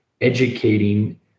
educating